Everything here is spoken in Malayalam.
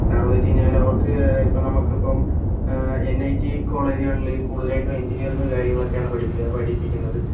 കാരണമെന്തെന്ന് വെച്ച് കഴിഞ്ഞാല് അവർക്ക് ഇപ്പോൾ നമുക്കിപ്പം എൻ ഐ ടി കോളേജുകളിൽ കൂടുതലായിട്ടും എഞ്ചിനീയറിങ്ങും കാര്യങ്ങളുമാണ് പഠിപ്പി പഠിപ്പിക്കുന്നത്